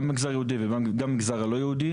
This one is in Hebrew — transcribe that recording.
גם במגזר היהודי וגם במגזר הלא יהודי,